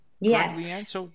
Yes